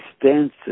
extensive